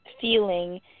feeling